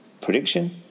Prediction